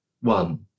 one